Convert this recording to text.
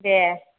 दे